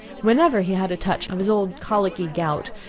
whenever he had a touch of his old colicky gout,